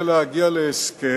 יהיה אפשר להגיע להסכם